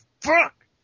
fuck